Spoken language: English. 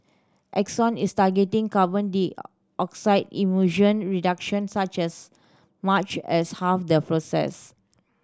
Exxon is targeting carbon dioxide emission reduction such as much as half the process